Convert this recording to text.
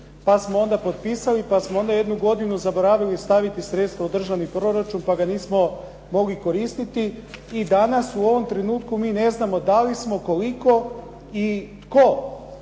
pa smo onda potpisali, pa smo onda jednu godinu zaboravili staviti sredstva u državni proračun pa ga nismo mogli koristiti i danas u ovom trenutku mi ne znamo da li smo, koliko i tko